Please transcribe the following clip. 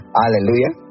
hallelujah